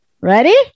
Ready